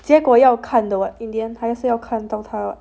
结果要 in the end 还是要看到他了